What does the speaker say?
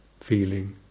feeling